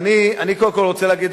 אני קודם כול רוצה להגיד,